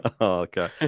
okay